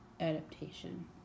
adaptation